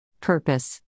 Purpose